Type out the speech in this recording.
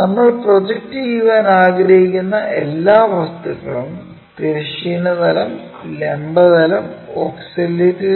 നമ്മൾ പ്രൊജക്റ്റ് ചെയ്യാൻ ആഗ്രഹിക്കുന്ന എല്ലാ വസ്തുക്കളും തിരശ്ചീന തലം ലംബ തലം ഓക്സിലറി